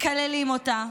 מקללים אותה,